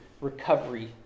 recovery